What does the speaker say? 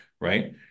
right